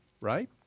right